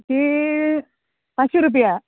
ती पांचशी रुपया